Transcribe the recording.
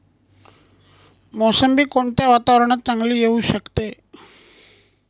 मोसंबी कोणत्या वातावरणात चांगली येऊ शकते?